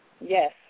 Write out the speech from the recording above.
yes